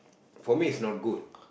for me is not good